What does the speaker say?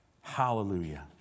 Hallelujah